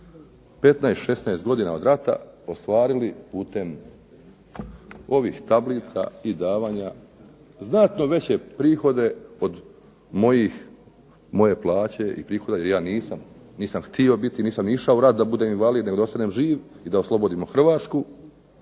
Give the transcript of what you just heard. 15, 16 godina rata ostvarili putem ovih tablica i davanja znatno veće prihode od moje plaće. Jer ja nisam htio, nisam išao u rat da ostanem invalid, nego da ostanem živ i da oslobodimo Hrvatsku